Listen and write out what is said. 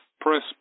Press